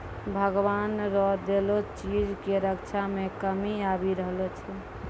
भगवान रो देलो चीज के रक्षा मे कमी आबी रहलो छै